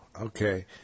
Okay